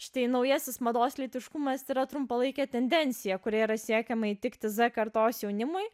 štai naujasis mados lytiškumas yra trumpalaikė tendencija kuria yra siekiama įtikti z kartos jaunimui